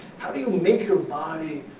how do you make your body